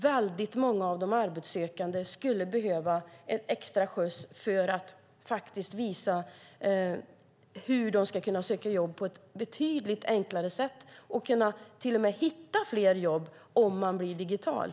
Väldigt många av de arbetssökande skulle behöva extra skjuts i form av att man visar hur de betydligt enklare kan söka jobb och till och med kan hitta fler jobb genom att bli digitala.